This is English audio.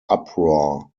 uproar